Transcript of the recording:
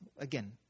Again